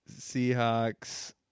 Seahawks